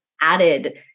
added